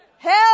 Help